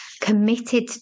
committed